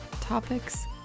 topics